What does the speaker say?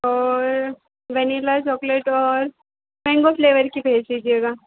और vanilla chocolate और mango flavour की भेज दीजिएगा